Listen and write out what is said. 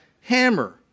hammer